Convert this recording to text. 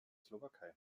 slowakei